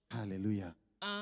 Hallelujah